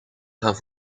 gaan